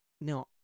No